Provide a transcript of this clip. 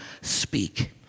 speak